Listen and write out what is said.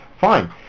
Fine